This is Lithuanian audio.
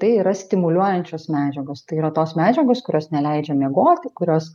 tai yra stimuliuojančios medžiagos tai yra tos medžiagos kurios neleidžia miegoti kurios